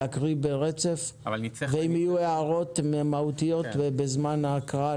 להקריא ברצף ואם יהיו הערות מהותיות בזמן ההקראה,